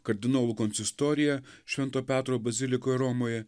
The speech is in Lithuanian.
kardinolų konsistoriją švento petro bazilikoje romoje